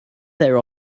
their